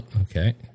okay